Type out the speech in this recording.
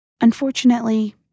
Unfortunately